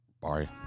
Bye